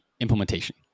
implementation